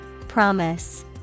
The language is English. Promise